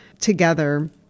together